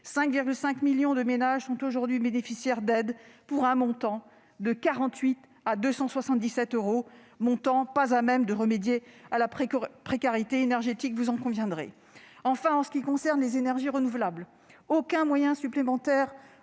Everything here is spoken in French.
5,5 millions de ménages sont aujourd'hui bénéficiaires d'aides pour un montant qui, variant de 48 à 277 euros, n'est pas à même de remédier à la précarité énergétique- vous en conviendrez. Enfin, pour ce qui concerne les énergies renouvelables, aucun moyen supplémentaire, par